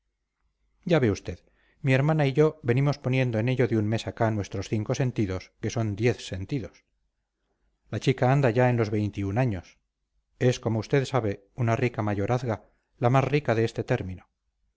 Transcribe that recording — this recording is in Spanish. ya ve usted mi hermana y yo venimos poniendo en ello de un mes acá nuestros cinco sentidos que son diez sentidos la chica anda ya en los veintiún años es como usted sabe una rica mayorazga la más rica de este término